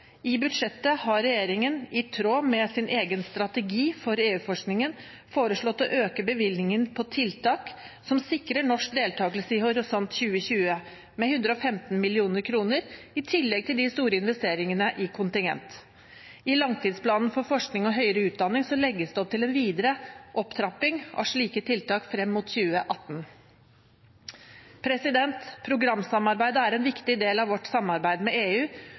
I budsjettet har regjeringen, i tråd med sin egen strategi for EU-forskningen, foreslått å øke bevilgningene til tiltak som sikrer norsk deltakelse i Horisont 2020, med 115 mill. kr, i tillegg til de store investeringene i kontingent. I langtidsplanen for forskning og høyere utdanning legges det opp til en videre opptrapping av slike tiltak frem mot 2018. Programsamarbeidet er en viktig del av vårt samarbeid med EU,